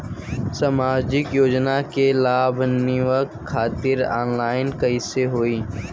सामाजिक योजना क लाभान्वित खातिर ऑनलाइन कईसे होई?